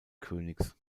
königs